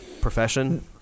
profession